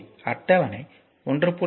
எனவே அட்டவணை 1